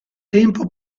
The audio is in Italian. tempo